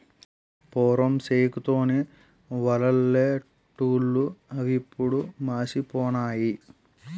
పూర్వం సేకు తోని వలలల్లెటూళ్లు అవిప్పుడు మాసిపోనాయి